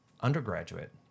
undergraduate